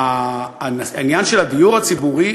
העניין של הדיור הציבורי,